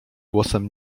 głosem